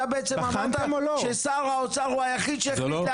אמרת ששר האוצר הוא היחיד שהחליט.